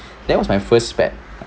that was my first pet